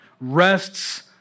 rests